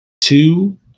two